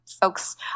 folks